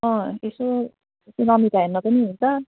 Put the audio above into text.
अँ यसो रमिता हेर्नु पनि हुन्छ